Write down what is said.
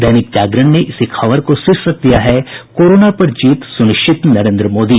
दैनिक जागरण ने इसी खबर को शीर्षक दिया है कोरोना पर जीत सुनिश्चित नरेंद्र मोदी